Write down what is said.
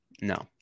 No